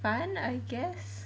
fun I guess